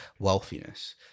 wealthiness